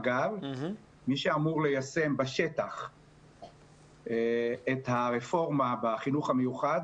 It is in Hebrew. מי שאמור ליישם בשטח את הרפורמה חינוך המיוחד,